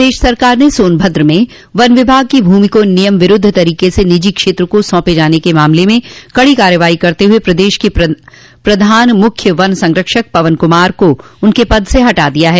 प्रदेश सरकार ने सोनभद्र में वन विभाग की भूमि को नियम विरूद्ध तरीके से निजी क्षेत्र को सौंपे जाने के मामले में कड़ी कार्रवाई करते हुए प्रदेश के प्रधान मुख्य वन संरक्षक पवन कुमार को उनके पद से हटा दिया है